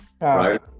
Right